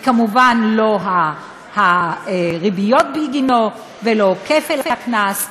וכמובן לא הריביות בגינו ולא כפל הקנס.